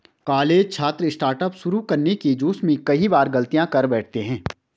college छात्र startup शुरू करने के जोश में कई बार गलतियां कर बैठते हैं